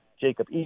Jacob